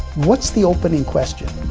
what's the opening question?